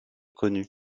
connus